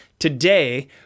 Today